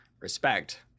respect